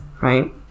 right